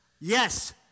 Yes